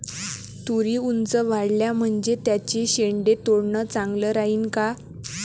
तुरी ऊंच वाढल्या म्हनजे त्याचे शेंडे तोडनं चांगलं राहीन का?